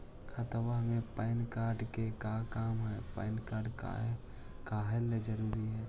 खाता में PAN card के का काम है पैन कार्ड काहे ला जरूरी है?